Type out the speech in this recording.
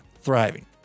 thriving